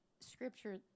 Scripture